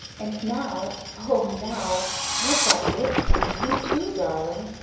and now o now i've got it and you too, darling!